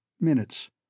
Minutes